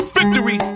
Victory